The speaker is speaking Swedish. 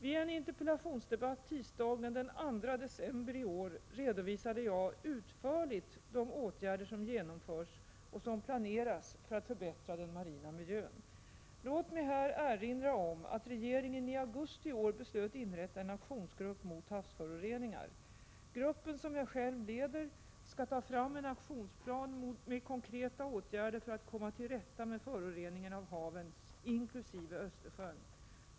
Vid en interpellationsdebatt tisdagen den 2 december i år redovisade jag utförligt de åtgärder som genomförs och planeras för att förbättra den marina miljön. Låt mig här erinra om att regeringen i augusti i år beslöt inrätta en aktionsgrupp mot havsföroreningar. Gruppen, som jag själv leder, skall ta fram en aktionsplan med konkreta åtgärder för att komma till rätta med föroreningen av haven, inkl. Östersjön.